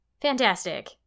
Fantastic